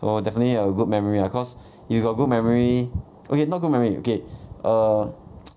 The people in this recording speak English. I would definitely have a good memory ah cause if you got good memory okay not good memory okay err